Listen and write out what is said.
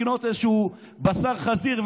לקנות איזשהו בשר חזיר,